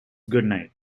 goodnight